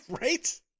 Right